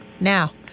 Now